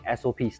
SOPs